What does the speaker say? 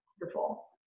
wonderful